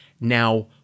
Now